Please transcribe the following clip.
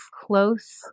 close